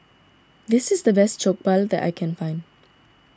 this is the best Jokbal that I can find